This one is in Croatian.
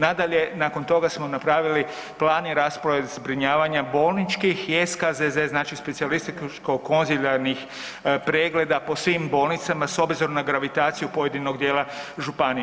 Nadalje, nakon toga smo napravili plan i rasprave zbrinjavanja bolničkih i SKZZ, znači specijalističko-konzilijarnih pregleda po svim bolnicama s obzirom na gravitaciju pojedinog djela županije.